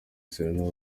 serena